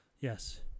Yes